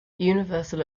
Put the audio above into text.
universal